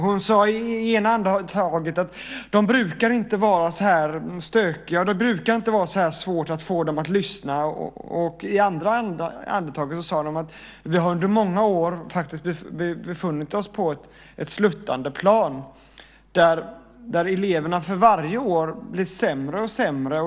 Hon sade i det ena andetaget: De brukar inte vara så här stökiga. Det brukar inte vara så här svårt att få dem att lyssna. I det andra andetaget sade hon: Vi har under många år befunnit oss på ett sluttande plan där eleverna för varje år blir sämre och sämre.